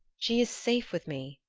she is safe with me.